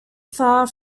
far